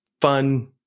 fun